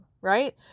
right